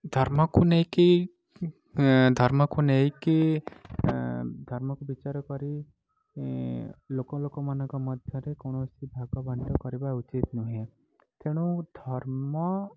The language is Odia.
ଧର୍ମକୁ ନେଇକି ଧର୍ମକୁ ନେଇକି ଧର୍ମକୁ ବିଚାର କରି ଲୋକ ଲୋକ ମାନଙ୍କ ମଧ୍ୟରେ କୋଣସି ଭାଗ ବାଣ୍ଟ କରିବା ଉଚିତ ନୁହେଁ ତେଣୁ ଧର୍ମ